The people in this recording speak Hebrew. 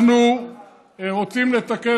אנחנו רוצים לתקן,